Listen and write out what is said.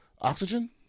Oxygen